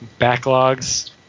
backlogs